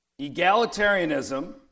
egalitarianism